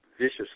vicious